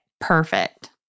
perfect